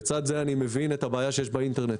לצד זה, אני מבין את הבעיה שיש באינטרנט